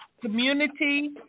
community